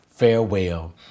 farewell